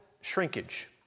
shrinkage